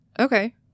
okay